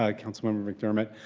ah councilmember mcdermott,